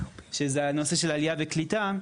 שזה הנושא של עלייה וקליטה,